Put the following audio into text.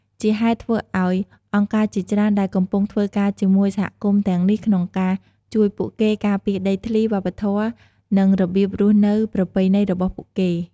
ជាហេតុធ្វើឲ្យអង្គការជាច្រើនដែលកំពុងធ្វើការជាមួយសហគមន៍ទាំងនេះក្នុងការជួយពួកគេការពារដីធ្លី វប្បធម៌ និងរបៀបរស់នៅប្រពៃណីរបស់ពួកគេ។